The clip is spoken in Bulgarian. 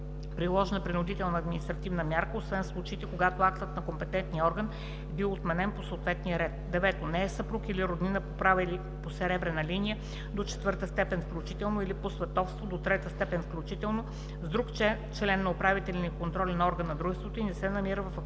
приложена принудителна административна мярка, освен в случаите, когато актът на компетентния орган е бил отменен по съответния ред; 9. не е съпруг или роднина по права или по съребрена линия до четвърта степен включително, или по сватовство до трета степен включително, с друг член на управителен или на контролен орган на дружеството и не се намира във фактическо